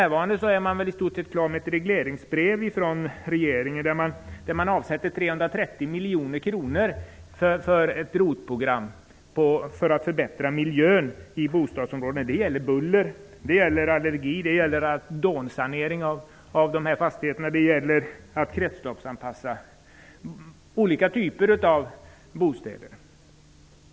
Regeringen är i stort sett klar med ett regleringsbrev där man avsätter 330 miljoner kronor till ett ROT-program för att förbättra miljön i bostadsområden. Det gäller buller, allergier, radonsanering av fastigheter och att kretslopssanpassa olika typer av bostäder.